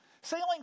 sailing